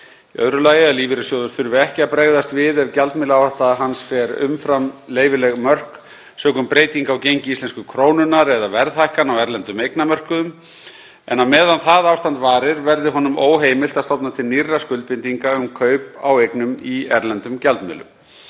2027. 2. Að lífeyrissjóður þurfi ekki að bregðast við ef gjaldmiðlaáhætta hans fer umfram leyfileg mörk sökum breytinga á gengi íslensku krónunnar eða verðhækkana á erlendum eignamörkuðum en á meðan það ástand varir verði honum óheimilt að stofna til nýrra skuldbindinga um kaup á eignum í erlendum gjaldmiðlum.